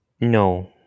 No